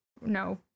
No